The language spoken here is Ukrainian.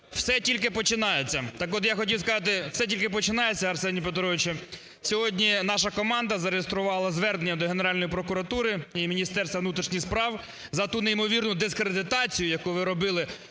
"Все тільки починається". Так от, я хотів сказати: все тільки починається, Арсенію Петровичу. Сьогодні наша команда зареєструвала звернення до Генеральної прокуратури і Міністерства внутрішніх справ за ту неймовірну дискредитацію, яку ви робили